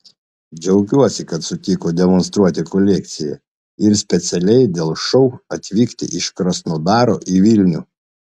džiaugiuosi kad sutiko demonstruoti kolekciją ir specialiai dėl šou atvykti iš krasnodaro į vilnių